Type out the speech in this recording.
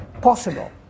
possible